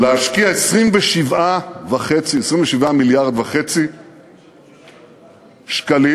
להשקיע 27.5 מיליארד שקלים